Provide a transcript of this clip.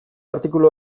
artikulu